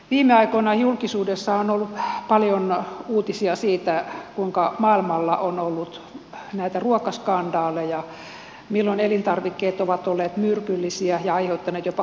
viime aikoina julkisuudessa on ollut paljon uutisia siitä kuinka maailmalla on ollut näitä ruokaskandaaleja milloin elintarvikkeet ovat olleet myrkyllisiä ja aiheuttaneet jopa kuolemantapauksia